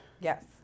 Yes